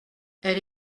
elle